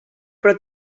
però